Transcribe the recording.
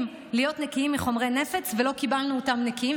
להיות נקיים מחומרי נפץ ולא קיבלנו אותם נקיים,